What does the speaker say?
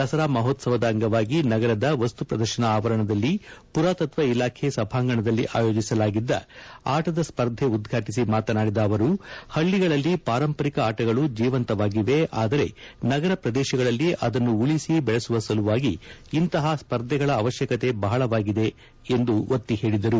ದಸರಾ ಮಹೋತ್ಸವದ ಅಂಗವಾಗಿ ನಗರದ ವಸ್ತು ಪ್ರದರ್ಶನ ಆವರಣದಲ್ಲಿ ಅಯೋಜಿಸಲಾಗಿದ್ದ ಆಟದ ಸ್ಪರ್ಧೆ ಉದ್ವಾಟಿಸಿ ಮಾತನಾಡಿದ ಅವರು ಹಳ್ಳಿಗಳಲ್ಲಿ ಪಾರಂಪರಿಕ ಆಟಗಳು ಜೀವಂತವಾಗಿವೆ ಆದರೆ ನಗರ ಪ್ರದೇಶಗಳಲ್ಲಿ ಅದನ್ನು ಉಳಿಸಿ ಬೆಳೆಸುವ ಸಲುವಾಗಿ ಇಂತಹ ಸ್ಪರ್ಧೆಗಳ ಅವಶ್ಯಕತೆ ಬಹಳವಾಗಿದೆ ಎಂದು ಒತ್ತಿ ಹೇಳಿದರು